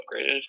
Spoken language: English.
upgraded